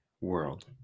world